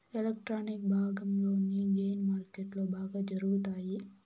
electronic భాగంలోని gain మార్కెట్లో బాగా జరుగుతాయి